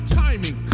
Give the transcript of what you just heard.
timing